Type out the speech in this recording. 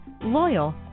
loyal